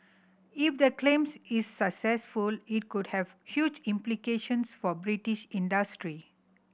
if the claims is successful it could have huge implications for British industry